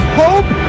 hope